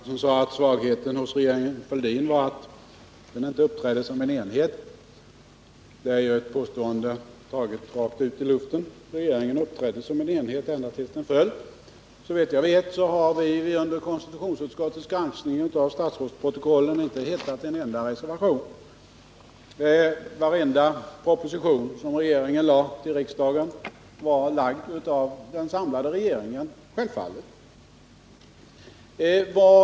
Herr talman! Hilding Johansson sade att svagheten hos regeringen Fälldin var att den inte uppträdde som en enhet. Det är ett påstående rakt ut i luften. Regeringen uppträdde som en enhet ända tills den föll. Såvitt jag vet har vi under konstitutionsutskottets granskning av statsrådsprotokollen inte hittat en enda reservation. Varenda proposition som regeringen lämnade till riksdagen var framlagd av den samlade regeringen, självfallet.